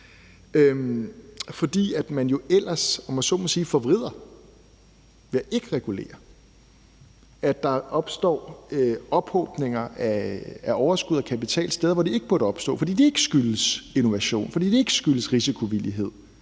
jeg så må sige, forvrider man ved ikke at regulere, og så opstår der ophobninger af overskud og kapital steder, hvor det ikke burde opstå, fordi det ikke skyldes innovation, fordi det ikke skyldes risikovillighed,